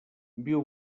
viu